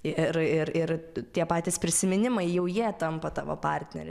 ir ir tie patys prisiminimai jau jie tampa tavo partneriu